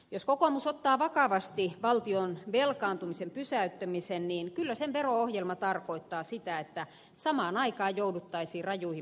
jos kokoomus ottaa vakavasti valtion velkaantumisen pysäyttämisen niin kyllä sen vero ohjelma tarkoittaa sitä että samaan aikaan jouduttaisiin rajuihin menoleikkauksiin